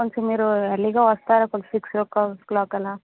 కొంచం మీరు ఎర్లీ గా వస్తారా ఒక సిక్స్ ఓ క్లాక్ అలా